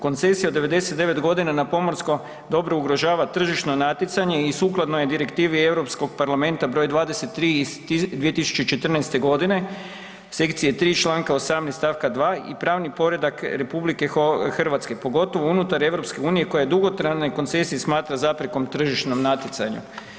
Koncesija od 99.g. na pomorsko dobro ugrožava tržišno natjecanje i sukladno je direktivi Europskog parlamenta br. 23. iz 2014.g., sekcije 3, čl. 18. st. 2. i pravni poredak RH, pogotovo unutar EU koja dugotrajnu koncesiju smatra zaprekom tržišnom natjecanju.